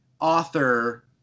author